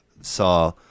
saw